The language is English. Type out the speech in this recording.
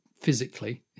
physically